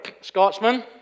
Scotsman